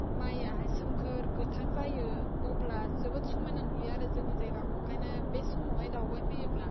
माइयाहाय सोमखोर गोथां जायो अब्ला जोबोद समायना नुयो आरो जोंनि जायगाखौ ओंखायनो बे समावहाय दावबाय फैयोब्ला